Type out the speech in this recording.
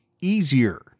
easier